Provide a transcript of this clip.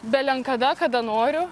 belenkada kada noriu